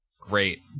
Great